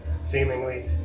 seemingly